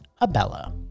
Abella